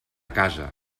casa